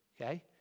okay